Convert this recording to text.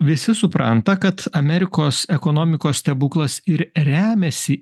visi supranta kad amerikos ekonomikos stebuklas ir remiasi